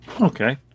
Okay